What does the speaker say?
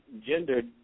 gender